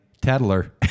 tattler